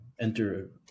enter